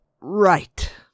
Right